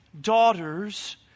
daughters